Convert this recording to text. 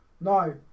No